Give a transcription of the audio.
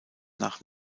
nach